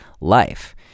life